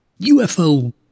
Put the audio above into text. UFO